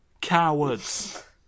cowards